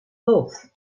wolf